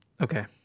Okay